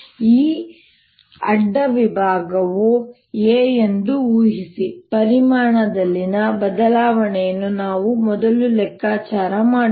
ಈ ಅಡ್ಡ ವಿಭಾಗವು A ಎಂದು ಊಹಿಸಿ ಪರಿಮಾಣದಲ್ಲಿನ ಬದಲಾವಣೆಯನ್ನು ನಾವು ಮೊದಲು ಲೆಕ್ಕಾಚಾರ ಮಾಡೋಣ